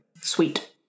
Sweet